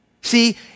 See